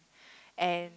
and